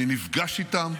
אני נפגש איתם.